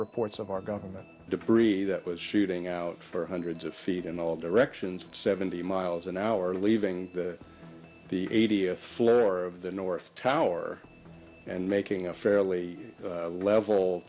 reports of our government debris that was shooting out for hundreds of feet in all directions seventy miles an hour leaving the eightieth floor of the north tower and making a fairly level